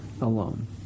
alone